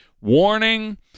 warning